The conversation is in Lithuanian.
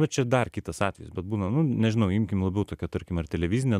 nu čia dar kitas atvejis bet būna nu nežinau imkim labiau tokią tarkim ar televizinę